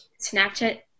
Snapchat